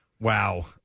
wow